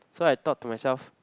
so I thought to myself